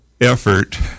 effort